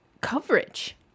coverage